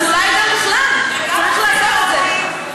אז אולי גם בכלל, צריך לעשות את זה.